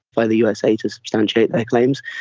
via the usa to substantiate their claims.